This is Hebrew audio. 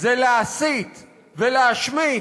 זה להסית ולהשמיץ,